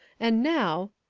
and now,